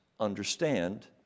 understand